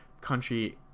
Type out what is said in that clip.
country